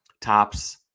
Tops